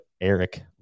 Eric